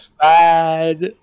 bad